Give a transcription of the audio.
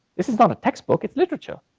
this is not a textbook, it's literature,